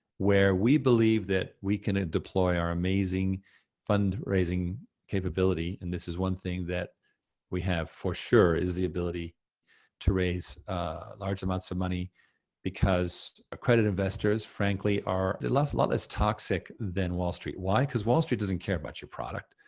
where we believe that we can ah deploy our amazing fundraising capability, and this is one thing that we have for sure is the ability to raise a large amounts of money because accredited investors, frankly, are a lot less toxic than wall street. why? cause wall street doesn't care about your product.